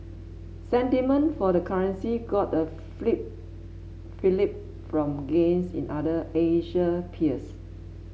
sentiment for the currency got a fillip fillip from gains in other Asian peers